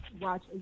watch